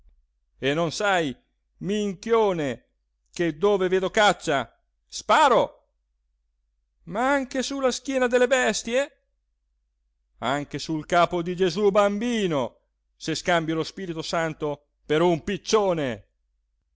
bestie e non sai minchione che dove vedo caccia sparo ma anche su la schiena delle bestie anche sul capo di gesú bambino se scambio lo spirito santo per un piccione